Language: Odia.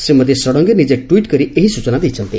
ଶ୍ରୀମତୀ ଷଡଙ୍ଗୀ ନିଜେ ଟ୍ଟିଟ କରି ଏହି ସୂଚନା ଦେଇଛନ୍ତି